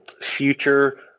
future